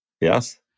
Yes